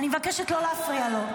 אני מבקשת לא להפריע לו.